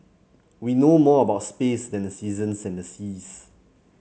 we know more about space than the seasons and the seas